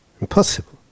Impossible